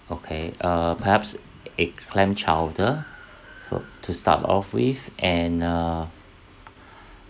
okay uh perhaps a clam chowder soup to start off with and uh